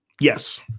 Yes